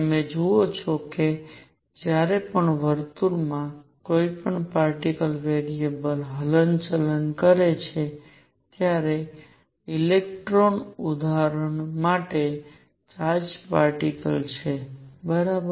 તમે જુઓ છો કે જ્યારે પણ વર્તુળમાં કોઈ પાર્ટીકલ વેરિએબલ હલનચલન કરે છે ત્યારે ઇલેક્ટ્રોન ઉદાહરણ માટે ચાર્જ્ડ પાર્ટીકલ છે બરાબર